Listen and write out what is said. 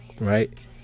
right